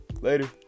Later